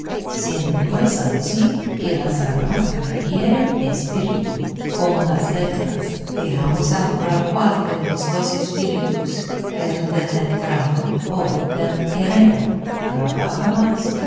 siendo pues ansí que las armas requieren espíritu como las letras veamos ahora cuál de los dos espíritus el del letrado o el del guerrero trabaja más